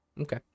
Okay